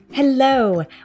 Hello